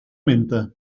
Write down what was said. menta